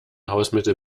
hausmittel